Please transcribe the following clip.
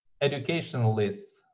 educationalists